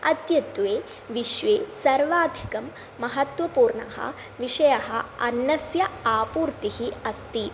अद्यत्वे विश्वे सर्वाधिकं महत्त्वपूर्णः विषयः अन्नस्य आपूर्तिः अस्ति